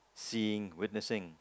seeing witnessing